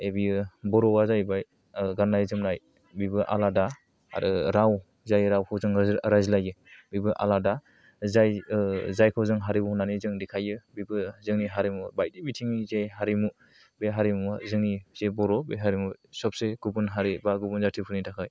ऐ बियो बर'आ जाहैबाय गाननाय जोमनाय बिबो आलादा आरो राव जाय रावखौ जोङो रायज्लायो बेबो आलादा जाय जायखौ जों हारिमु होननानै जों दिखांयो बेबो जोंनि हारिमु बायदि बिथिंनि जे हारिमु बे हारिमुवा जोंनि जे बर बे हारिमु सबसे गुबुन हारि बा गुबुन जाथिफोरनि थाखाय